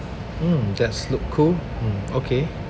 mm that's look cool mm okay